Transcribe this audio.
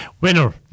winner